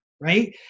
right